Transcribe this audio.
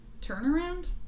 turnaround